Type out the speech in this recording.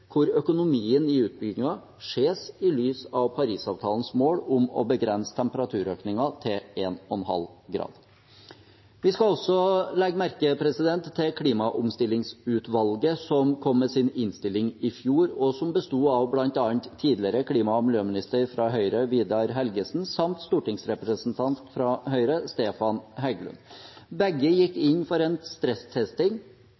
hvor økonomien i utbyggingen ses i lys av Parisavtalens mål om å begrense temperaturøkningen til 1,5 grader. Vi skal også legge merke til klimaomstillingsutvalget som kom med sin innstilling i fjor, og som besto av bl.a. tidligere klima- og miljøminister fra Høyre, Vidar Helgesen, samt en stortingsrepresentant fra Høyre, Stefan Heggelund. Begge gikk